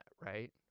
right